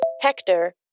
Hector